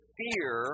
fear